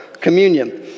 Communion